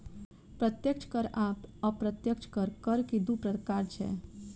प्रत्यक्ष कर आ अप्रत्यक्ष कर, कर के दू प्रकार छै